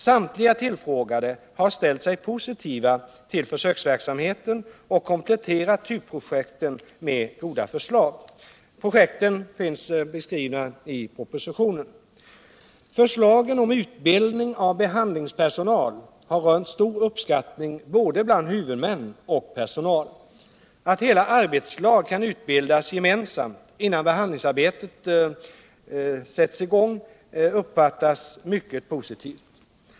Samtliga tillfrågade har ställt sig positiva till försöksverksamheten och kompletterat typprojekten med goda förslag. Projekten beskrivs i propositionen. Förslagen om utbildning av behandlingspersonal har rönt stor uppskattning både bland huvudmän och bland personal. Att hela arbetslag kan utbildas gemensamt, innan behandlingsarbetet sätts i gång, uppfattas som mycket positivt.